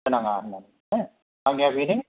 होनाङा आंनिया बेनो